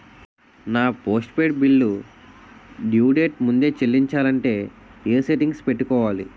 నా postpaid bill due date ముందే చెల్లించాలంటే ఎ సెట్టింగ్స్ పెట్టుకోవాలి?